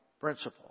principle